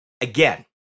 Again